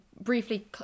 briefly